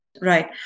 Right